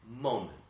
moment